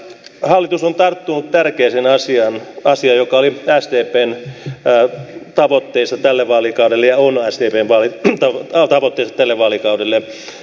hallitus on tarttunut tärkeään asiaan asiaan joka oli ja on sdpn tavoitteissa tälle vaalikaudelle